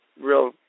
real